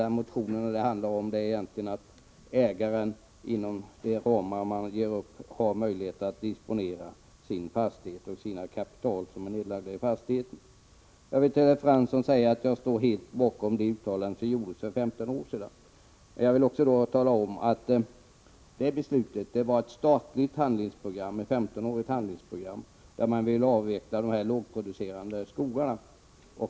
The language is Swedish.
Den motion som vi behandlar handlar egentligen om att ägaren inom de ramar som görs upp har möjlighet att disponera sin fastighet och det kapital som är nedlagt i den. Jag står, Jan Fransson, helt bakom det uttalande som gjordes för 15 år sedan. Men låt mig tala om att det var ett statligt handlingsprogram på 15 år, där man ville avveckla de lågproducerande skogarna.